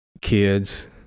kids